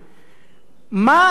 מה יעשה אזרח,